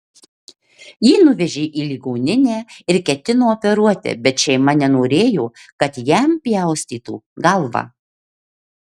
jį nuvežė į ligoninę ir ketino operuoti bet šeima nenorėjo kad jam pjaustytų galvą